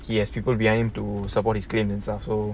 he has people behind him to support his claim and stuff so